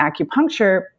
acupuncture